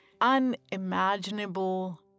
unimaginable